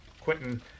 Quentin